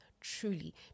truly